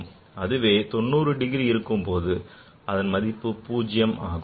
அதுவே 90 டிகிரி இருக்கும் போது அதன் மதிப்பு பூஜ்யம் ஆகும்